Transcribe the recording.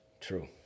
True